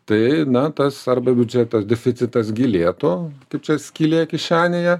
tai na tas arba biudžetas deficitas gilėtų kaip čia skylė kišenėje